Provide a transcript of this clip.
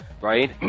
right